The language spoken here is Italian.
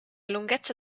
lunghezza